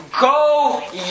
go